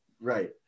right